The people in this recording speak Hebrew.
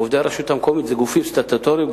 עובדי הרשויות המקומיות שייכים לגופים סטטוטוריים,